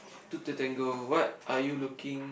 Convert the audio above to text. to the tangle what are you looking